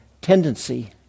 tendency